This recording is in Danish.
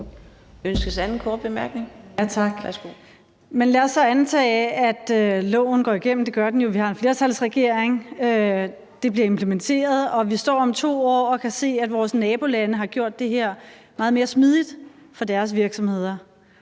Pernille Vermund (NB): Men lad os så antage, at loven går igennem, og det gør den jo – vi har en flertalsregering – at det bliver implementeret, og at vi står om 2 år og kan se, at vores nabolande har gjort det her meget mere smidigt for deres virksomheder,